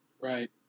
Right